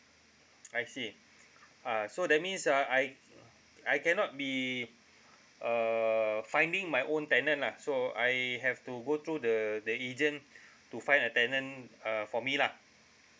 I see uh so that means uh I I cannot be uh finding my own tenant lah so I have to go through the the agent to find a tenant uh for me lah